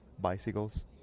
bicycles